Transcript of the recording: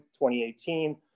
2018